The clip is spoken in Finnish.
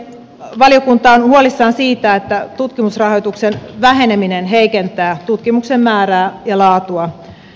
valiokunta on huolissaan siitä että tutkimusrahoituksen väheneminen heikentää tutkimuksen määrää ja laatua